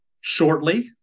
shortly